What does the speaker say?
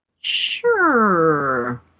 sure